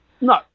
no